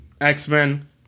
X-Men